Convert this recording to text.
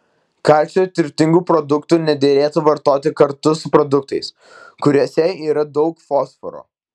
kalcio turtingų produktų nederėtų vartoti kartu su produktais kuriuose yra daug fosforo